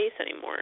anymore